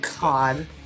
god